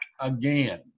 again